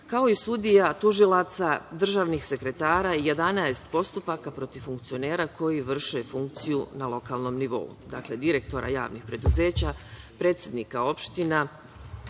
kao i sudija, tužilaca, državnih sekretara i 11 postupaka protiv funkcionera koji vrše funkciju na lokalnom nivou. Dakle, direktora javnih preduzeća, predsednika opština